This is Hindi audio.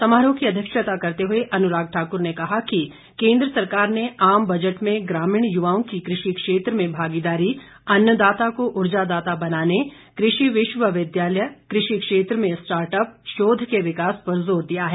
समारोह की अध्यक्षता करते हुए अनुराग ठाकुर ने कहा कि केंद्र सरकार ने आम बजट में ग्रामीण युवाओं की कृषि क्षेत्र में भागीदारी अन्नदाता को ऊर्जादाता बनाने कृषि विश्वविद्यालय कृषि क्षेत्र में स्टार्टअप शोध के विकास पर जोर दिया है